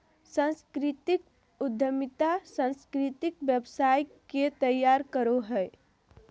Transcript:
सांस्कृतिक उद्यमिता सांस्कृतिक व्यवसाय के तैयार करो हय